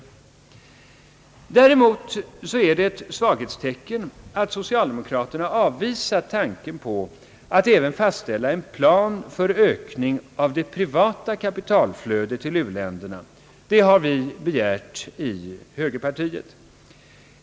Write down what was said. Däremot är det ett svaghetstecken, att socialdemokraterna avvisat tanken på att även fastställa en plan för ökning av det privata kapitalflödet till u-länderna, såsom vi i högerpartiet begärt.